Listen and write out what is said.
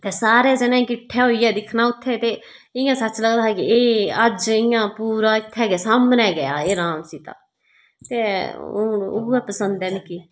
ते सारे जनें किट्ठे होइये दिक्खना उत्थै ते इयां सच लगदा है कि अज्ज इयां पूरा इत्थै गै सामने गै हे राम सीता ते हून उऐ पसंद ऐ मिकी